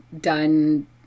done